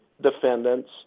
defendants